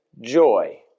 joy